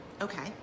Okay